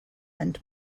end